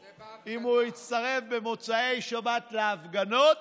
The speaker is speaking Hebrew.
אם הוא יצטרף במוצאי שבת להפגנות